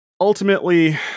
ultimately